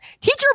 teacher